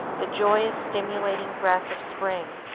the joyous, stimulating breath of spring.